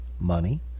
money